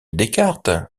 descartes